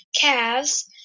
calves